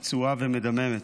פצועה ומדממת.